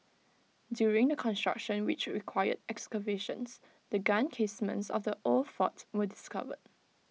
during the construction which required excavations the gun casements of the old fort were discovered